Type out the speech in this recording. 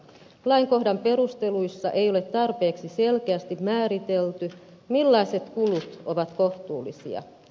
lainkohdan perusteluissa ei ole tarpeeksi selkeästi määritelty millaiset kulut ovat kohtuullisia